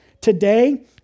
Today